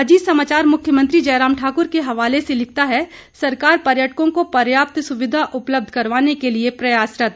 अजीत समाचार मुख्यमंत्री जयराम ठाकुर के हवाले से लिखता है सरकार पर्यटकों को पर्याप्त सुविधा उपलब्ध करवाने के लिए प्रयासरत